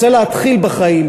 רוצה להתחיל בחיים,